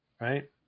Right